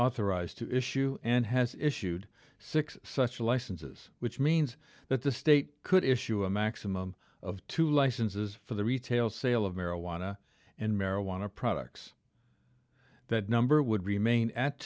authorized to issue and has issued six such licenses which means that the state could issue a maximum of two licenses for the retail sale of marijuana and marijuana products that number would remain at